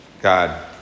God